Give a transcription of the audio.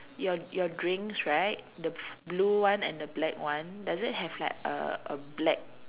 your your drinks right the blue one and the black one does it have like a a black